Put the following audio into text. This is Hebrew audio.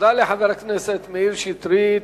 תודה לחבר הכנסת מאיר שטרית.